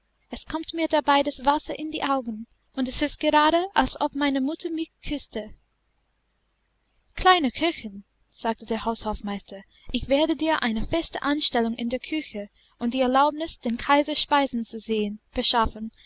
es kommt mir dabei das wasser in die augen und es ist gerade als ob meine mutter mich küßte kleine köchin sagte der haushofmeister ich werde dir eine feste anstellung in der küche und die erlaubnis den kaiser speisen zu sehen verschaffen